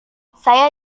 saya